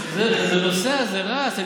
זה נוסע, זה רץ.